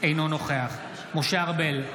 אינו נוכח משה ארבל,